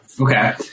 Okay